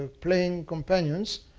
ah playing companions.